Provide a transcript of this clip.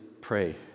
pray